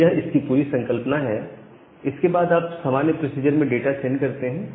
तो यह इसकी पूरी संकल्पना है और इसके बाद आप सामान्य प्रोसीजर में डाटा सेंड करते हैं